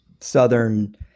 Southern